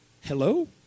Hello